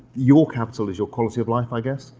your capital is your quality of life, i guess,